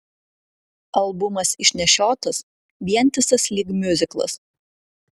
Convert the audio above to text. albumas išnešiotas vientisas lyg miuziklas